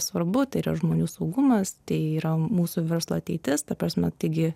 svarbu tai yra žmonių saugumas tai yra mūsų verslo ateitis ta prasme taigi